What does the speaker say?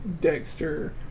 Dexter